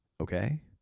Okay